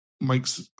makes